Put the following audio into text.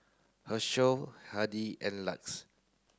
Herschel Hardy and LUX